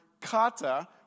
kata